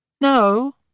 No